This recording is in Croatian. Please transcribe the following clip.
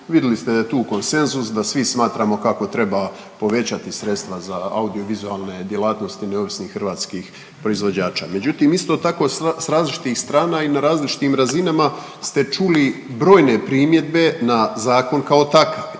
Vidjeli ste tu konsenzus da svi smatramo kako treba povećati sredstva za audiovizualne djelatnosti neovisnih hrvatskih proizvođača. Međutim isto tako s različitih strana i na različitim razinama ste čuli brojne primjedbe na zakon kao takav